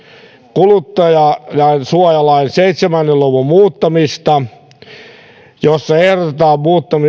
kuluttajansuojalain seitsemän luvun muuttamista johon ehdotetaan